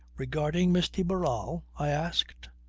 regarding miss de barral? i asked.